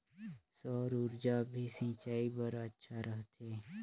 सौर ऊर्जा भी सिंचाई बर अच्छा रहथे?